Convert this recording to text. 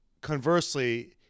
conversely